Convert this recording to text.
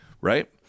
right